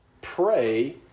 Pray